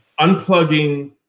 unplugging